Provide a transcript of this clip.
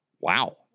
Wow